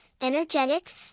energetic